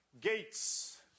gates